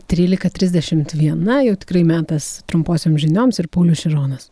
trylika trisdešimt viena jau tikrai metas trumposioms žinioms ir paulius šironas